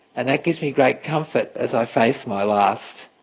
and that gives me great comfort as i face my last,